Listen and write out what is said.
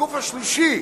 הגוף השלישי.